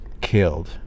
killed